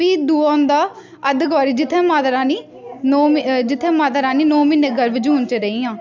फ्ही दूआ औंदा अद्धकुआरी जित्थे माता रानी नौ म्हीने जित्थे माता रानी नौ म्हीने गर्भजून च रेहियां